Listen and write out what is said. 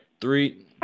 Three